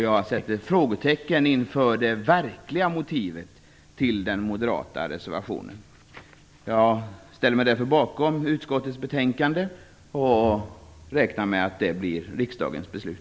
Jag sätter ett frågetecken inför det verkliga motivet till den moderata reservationen. Jag ställer mig bakom utskottets hemställan och räknar med att det blir riksdagens beslut.